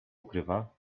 ukrywa